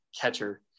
catcher